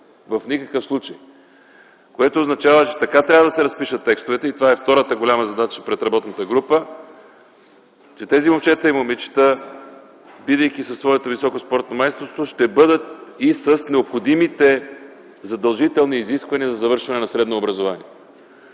в никакъв случай. Което означава, че така трябва да се разпишат текстовете – това е втората голяма задача пред работната група, че тези момчета и момичета, бидейки със своето високо спортно майсторство, ще бъдат и с необходимите задължителни изисквания за завършване на средно образование.